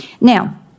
Now